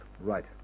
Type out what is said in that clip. Right